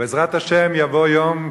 בעזרת השם יבוא יום,